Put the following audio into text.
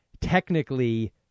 technically